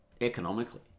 economically